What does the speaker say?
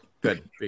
good